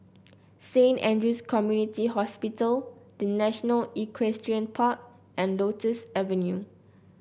Saint Andrew's Community Hospital The National Equestrian Park and Lotus Avenue